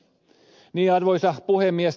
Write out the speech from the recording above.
arvoisa puhemies